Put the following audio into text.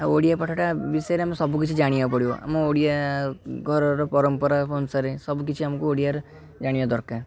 ଓଡ଼ିଆ ପାଠଟା ବିଷୟରେ ଆମେ ସବୁ କିଛି ଜାଣିବାକୁ ପଡ଼ିବ ଆମ ଓଡ଼ିଆ ଘରର ପରମ୍ପରା ଅନୁସାରେ ସବୁ କିଛି ଆମକୁ ଓଡ଼ିଆରେ ଜାଣିବା ଦରକାର